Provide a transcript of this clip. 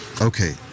Okay